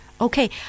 Okay